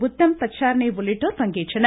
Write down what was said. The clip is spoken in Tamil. உத்தம் பச்சார்னே உள்ளிட்டோர் பங்கேற்றனர்